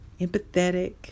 empathetic